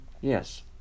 yes